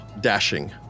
dashing